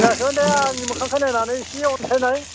दे आंनि मोखांखौ नायनानै एसे अनसायनाय